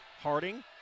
Harding